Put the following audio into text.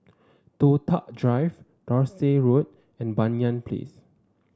Toh Tuck Drive Dorset Road and Banyan Place